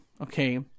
okay